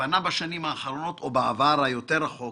פנה בשנים האחרונות או בעבר היותר רחוק